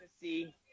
see